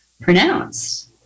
pronounced